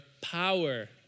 power